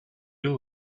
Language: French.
eux